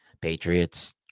Patriots